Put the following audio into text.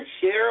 share